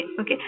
Okay